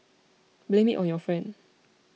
blame me on your friend